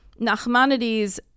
Nachmanides